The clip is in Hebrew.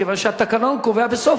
כיוון שהתקנון קובע בסוף,